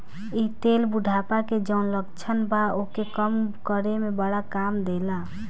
इ तेल बुढ़ापा के जवन लक्षण बा ओके कम करे में बड़ा काम देला